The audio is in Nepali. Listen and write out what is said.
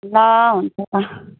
ल हुन्छ त